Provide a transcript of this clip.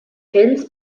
films